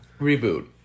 reboot